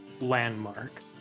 landmark